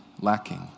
lacking